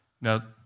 Now